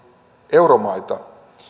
euromaita